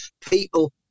people